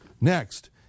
Next